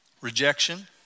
Rejection